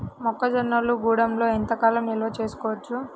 మొక్క జొన్నలు గూడంలో ఎంత కాలం నిల్వ చేసుకోవచ్చు?